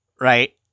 right